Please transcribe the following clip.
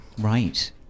Right